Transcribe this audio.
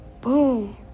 boom